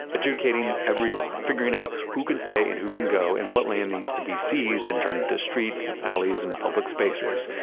adjudicating every lot, figuring out who can stay and who can go, and what land needs to be seized and turned into streets, alleys, and public spaces.